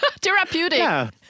therapeutic